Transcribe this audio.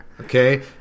Okay